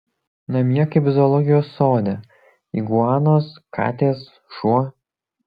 namie kaip zoologijos sode iguanos katės šuo